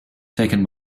taken